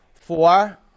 Four